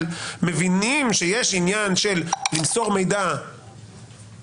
מבינים שיש עניין של למסור מידע סטטיסטי,